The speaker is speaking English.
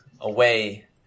away